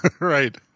Right